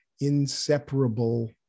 inseparable